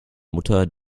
mutter